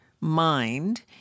mind